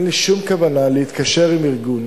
אין לי שום כוונה להתקשר עם ארגון